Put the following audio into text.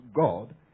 God